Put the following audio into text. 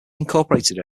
incorporated